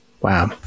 wow